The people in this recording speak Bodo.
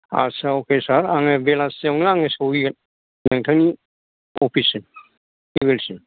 आच्चा अके सार आङो बेलासियावनो आङो सहैगोन नोंथांनि अफिस सिम